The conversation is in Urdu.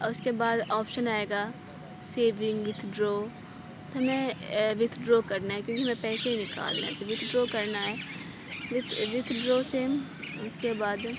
اس کے بعد آپشن آئے گا سیونگ وتھڈرو تو ہمیں وتھڈرو کرنا ہے کیونکہ ہمیں پیسے نکالنا ہے وتھڈرو کرنا ہے وتھڈرو سے اس کے بعد